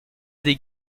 des